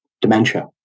dementia